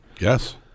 Yes